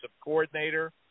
coordinator